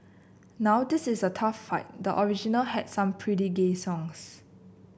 now this is a tough fight the original had some pretty gay songs